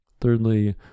thirdly